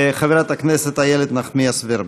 חברת הכנסת איילת נחמיאס ורבין.